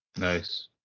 Nice